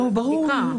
ברור.